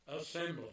assembly